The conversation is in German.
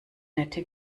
nette